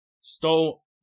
stole